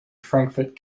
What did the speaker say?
frankfurt